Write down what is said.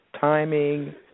timing